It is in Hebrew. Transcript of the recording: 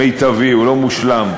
מיטבי, הוא לא מושלם.